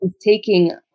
taking